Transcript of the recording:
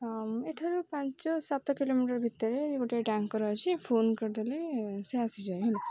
ଏଠାରୁ ପାଞ୍ଚ ସାତ କିଲୋମିଟର ଭିତରେ ଗୋଟେ ଟ୍ୟାଙ୍କର ଅଛି ଫୋନ୍ କରିଦେଲେ ସେ ଆସିଯାଏ ହେଲା